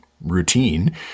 routine